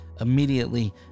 immediately